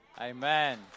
Amen